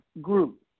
group